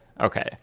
Okay